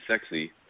sexy